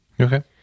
Okay